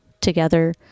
together